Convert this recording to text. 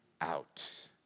out